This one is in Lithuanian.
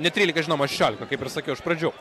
ne trylika žinoma šešiolika kaip ir sakiau iš pradžių